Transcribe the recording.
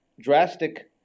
drastic